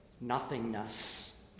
nothingness